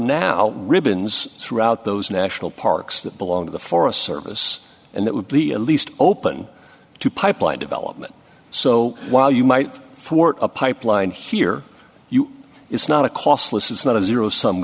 now ribbons throughout those national parks that belong to the forest service and that would be at least open to pipeline development so while you might for a pipeline here you it's not a costless it's not a zero s